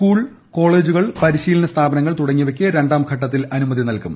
school കോളേജുകൾ പരിശീലന സ്ഥാപനങ്ങൾ തുടങ്ങിയവയ്ക്ക് രണ്ടാം ഘട്ടത്തിൽ അനുമതി നൽകും